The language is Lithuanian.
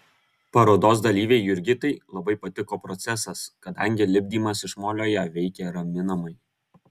parodos dalyvei jurgitai labai patiko procesas kadangi lipdymas iš molio ją veikė raminamai